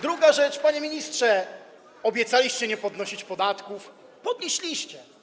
Druga rzecz, panie ministrze, obiecaliście nie podnosić podatków - podnieśliście.